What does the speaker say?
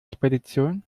spedition